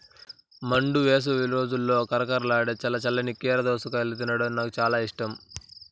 మండు వేసవి రోజుల్లో కరకరలాడే చల్ల చల్లని కీర దోసకాయను తినడం నాకు చాలా ఇష్టం